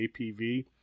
APV